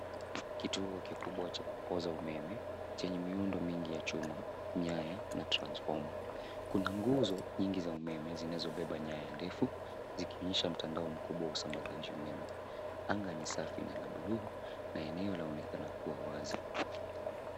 Kituo kikubwa cha kupooza umeme chenye miundo mingi ya chuma, nyaya na transformer .Kuna nguzo nyingi za umeme zinazobeba nyaya ndefu zikionyesha mtandao mkubwa wa usambazaji umeme. Anga ni safi na la bluu na eneo laonekana kuwa wazi.